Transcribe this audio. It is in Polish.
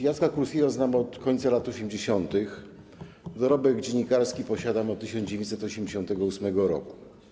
Jacka Kurskiego znam od końca lat 80., dorobek dziennikarski posiadam od 1988 r.